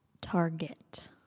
Target